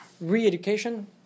re-education